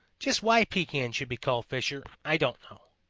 just why pekan should be called fisher, i don't know.